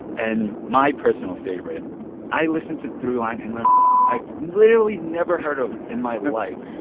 and my personal favorite i listen to throughline and learn i've literally never heard of in my life.